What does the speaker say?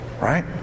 Right